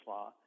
Law